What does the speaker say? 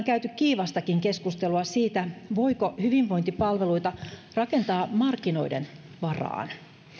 käyty kiivastakin keskustelua siitä voiko hyvinvointipalveluita rakentaa markkinoiden varaan